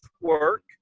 work